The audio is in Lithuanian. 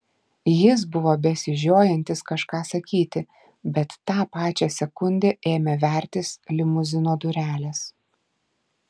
jis buvo besižiojantis kažką sakyti bet tą pačią sekundę ėmė vertis limuzino durelės